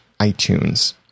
iTunes